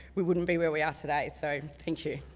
we wouldn't be where we are today, so thank you.